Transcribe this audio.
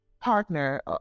partner